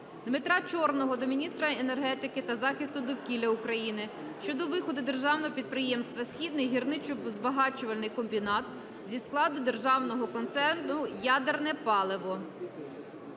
Дмитра Чорного до міністра енергетики та захисту довкілля України щодо виходу державного підприємства "Східний гірничо-збагачувальний комбінат" зі складу державного концерну "Ядерне паливо".